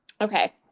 okay